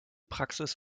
praxis